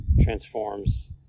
transforms